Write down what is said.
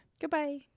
Goodbye